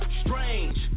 strange